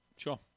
Sure